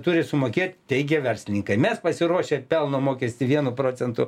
turi sumokėt teigia verslininkai mes pasiruošę pelno mokestį vienu procentu